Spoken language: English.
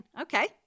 Okay